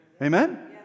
Amen